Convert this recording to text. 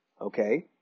Okay